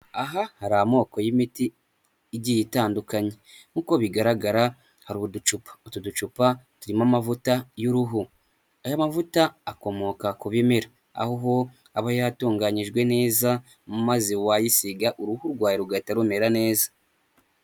Aha hari amoko y'imiti igiye itandukanye nk'uko bigaragara hari uducupa, utu ducupa turimo amavuta y'uruhu aya mavuta akomoka ku bimera aho aba yatunganyijwe neza maze wayisiga uruhu rwawe rugahita rumera neza.